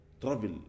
travel